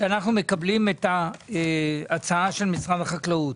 שאנחנו מקבלים את ההצעה של משרד החקלאות.